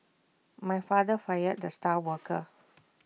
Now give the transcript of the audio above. my father fired the star worker